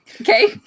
okay